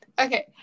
okay